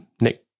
Nick